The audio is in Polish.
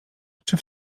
czy